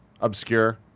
Obscure